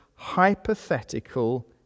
Hypothetical